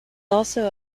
also